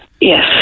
Yes